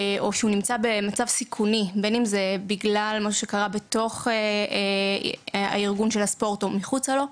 בין אם זה בגלל מה שקרה בתוך הארגון של הספורט או מחוצה לו,